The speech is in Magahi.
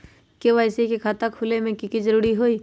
के.वाई.सी के खाता खुलवा में की जरूरी होई?